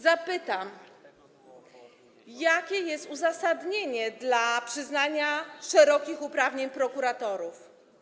Zapytam, jakie jest uzasadnienie przyznania szerokich uprawnień prokuratorom.